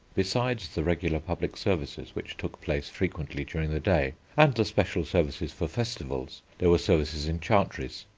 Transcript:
besides the regular public services which took place frequently during the day, and the special services for festivals, there were services in chantries.